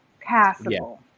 passable